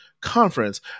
Conference